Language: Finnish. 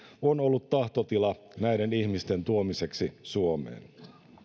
on ollut tahtotila näiden ihmisten tuomiseksi suomeen